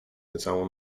niecałą